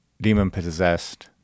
demon-possessed